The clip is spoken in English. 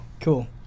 Cool